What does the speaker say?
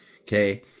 Okay